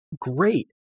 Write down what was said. great